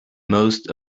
most